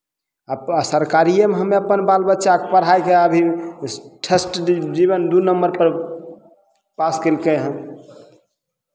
आ सरकारिएमे हमे अपन बाल बच्चाकेँ पढ़ाय कऽ अभी फर्स्ट डिवीजन दू नंबरके पास केलकै हेँ